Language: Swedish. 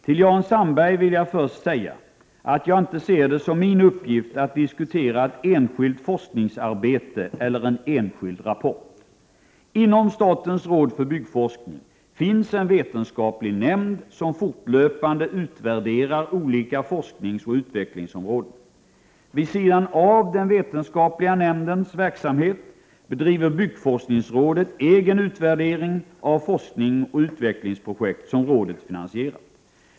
Till Jan Sandberg vill jag först säga att jag inte ser det som min uppgift att diskutera ett enskilt forskningsarbete eller en enskild rapport. Inom statens råd för byggforskning finns en vetenskaplig nämnd, som fortlöpande utvärderar olika forskningsoch utvecklingsområden. Vid sidan av den vetenskapliga nämndens verksamhet bedriver byggforskningsrådet egen utvärdering av forskningsoch utvecklingsprojekt som rådet finansierat.